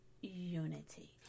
unity